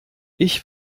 ich